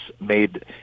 made